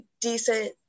decent